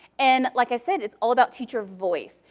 and like i said, it's all about teacher voice.